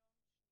היום יום שלישי,